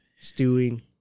stewing